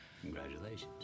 Congratulations